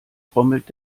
trommelt